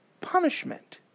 punishment